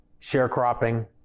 sharecropping